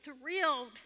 thrilled